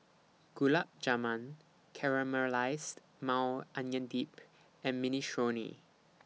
Gulab Jamun Caramelized Maui Onion Dip and Minestrone